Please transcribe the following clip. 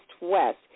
west